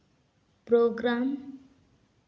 programme